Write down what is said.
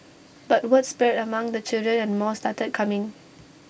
but word spread among the children and more started coming